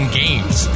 games